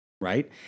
right